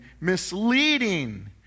misleading